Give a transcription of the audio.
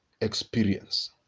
experience